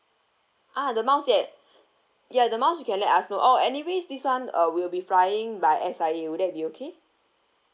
ah the amount yet ya the amounts you can let us know or anyways this [one] uh we will be flying by S_I_A will that be okay